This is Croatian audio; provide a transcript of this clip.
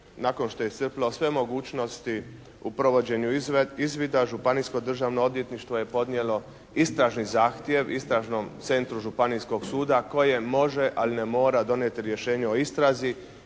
nakon što je iscrpilo sve mogućnosti u provođenju izvida. Županijsko državno odvjetništvo je podnijelo istražni zahtjev Istražnom centru županijskog suda koje može ali ne mora donijeti rješenje o istrazi